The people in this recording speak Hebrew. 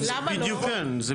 זה בדיוק כן.